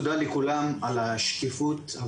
תודה לכולם על השקיפות,